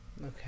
Okay